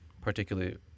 particularly